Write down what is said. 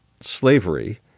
slavery—